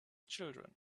children